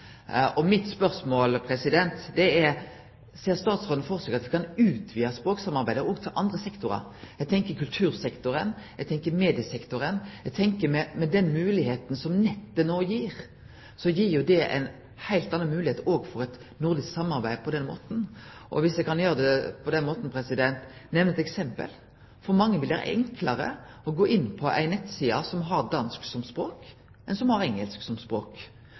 andre sektorar? Eg tenkjer på kultursektoren. Eg tenkjer på mediesektoren. Og eg tenkjer på den moglegheita som nettet no gir. På den måten får ein ei heilt anna moglegheit for nordisk samarbeid. Eg kan nemne eit eksempel. For mange vil det vere enklare å gå inn på ei nettside som har dansk som språk, enn ei som har engelsk som språk,